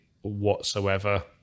whatsoever